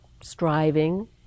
striving